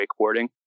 wakeboarding